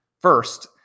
first